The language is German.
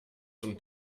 zum